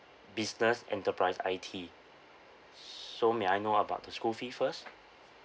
business enterprise I_T so may I know about the school fee first